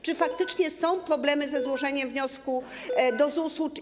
Czy faktycznie są problemy ze złożeniem wniosku do ZUS-u?